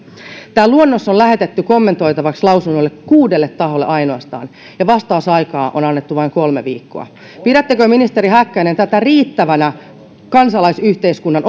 tämä luonnos on lähetetty kommentoitavaksi lausunnolle ainoastaan kuudelle taholle ja vastausaikaa on annettu vain kolme viikkoa pidättekö ministeri häkkänen tätä riittävänä kansalaisyhteiskunnan